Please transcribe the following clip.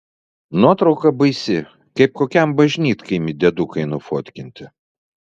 nuotrauka baisi kaip kokiam bažnytkaimy diedukai nufotkinti